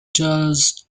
tells